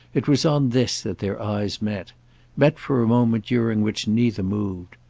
it was on this that their eyes met met for a moment during which neither moved.